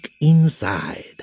inside